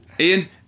Ian